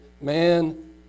man